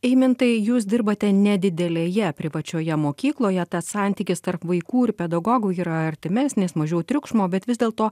eimintai jūs dirbate nedidelėje privačioje mokykloje tas santykis tarp vaikų ir pedagogų yra artimesnis mažiau triukšmo bet vis dėlto